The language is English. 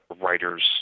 writers